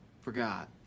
forgot